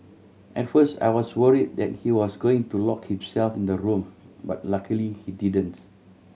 at first I was worry that he was going to lock himself in the room but luckily he didn't